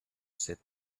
said